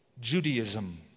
Judaism